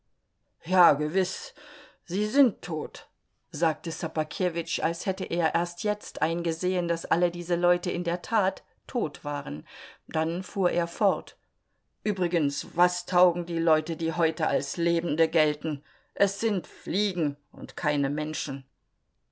ja gewiß sie sind tot sagte ssobakewitsch als hätte er erst jetzt eingesehen daß alle diese leute in der tat tot waren dann fuhr er fort übrigens was taugen die leute die heute als lebende gelten es sind fliegen und keine menschen